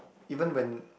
even when